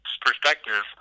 perspective